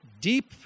deep